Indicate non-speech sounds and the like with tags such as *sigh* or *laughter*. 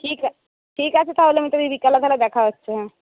ঠিক *unintelligible* ঠিক আছে তাহলে *unintelligible* বিকেলে তাহলে দেখা হচ্ছে হ্যাঁ